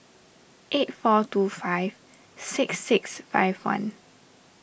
eight four two five six six five one